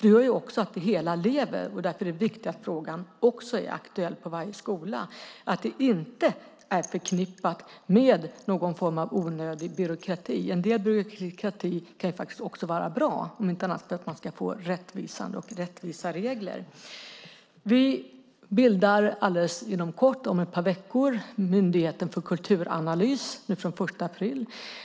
Det gör att det hela lever, och därför är det viktigt att frågan är aktuell på varje skola. Det är även viktigt att det inte är förknippat med onödig byråkrati. En del byråkrati kan ju också vara bra, om inte annat så för att få rättvisa regler. Om ett par veckor, den 1 april, bildar vi Myndigheten för kulturanalys.